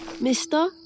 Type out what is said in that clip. mister